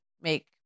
make